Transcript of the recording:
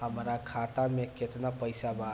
हमरा खाता में केतना पइसा बा?